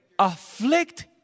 ...afflict